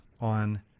on